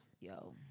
Yo